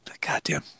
Goddamn